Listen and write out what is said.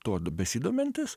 tuodu besidomintis